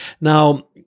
now